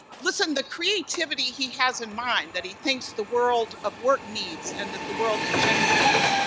listen, the creativity he has in mind, that he thinks the world of work needs and that the world in general needs,